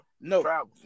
No